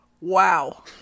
Wow